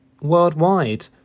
worldwide